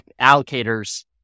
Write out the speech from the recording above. allocators